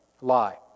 Lie